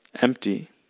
empty